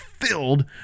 filled